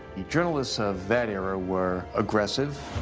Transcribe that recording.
the journalists of that era were aggressive.